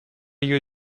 you